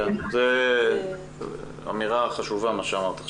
מה שאמרת עכשיו זו אמירה חשובה.